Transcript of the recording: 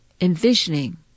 envisioning